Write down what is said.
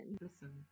Listen